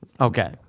Okay